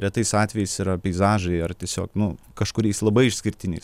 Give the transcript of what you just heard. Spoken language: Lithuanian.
retais atvejais yra peizažai ar tiesiog nu kažkuriais labai išskirtiniais